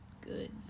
good